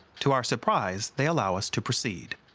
to our surprise, they allow us to proceed.